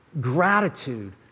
gratitude